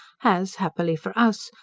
has, happily for us,